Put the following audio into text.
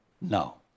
No